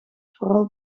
vooral